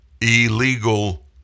illegal